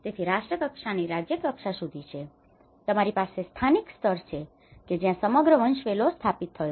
તેથી રાષ્ટ્રકક્ષાથી રાજ્યકક્ષા સુધી છે તમારી પાસે સ્થાનિક સ્તર છે કે જ્યાં સમગ્ર વંશવેલો સ્થાપિત થઈ ગયો